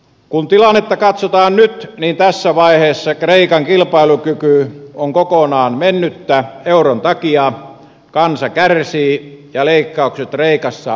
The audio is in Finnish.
kun tilannetta katsotaan nyt niin tässä vaiheessa kreikan kilpailukyky on kokonaan mennyttä euron takia kansa kärsii ja leikkaukset kreikassa ovat loputtomia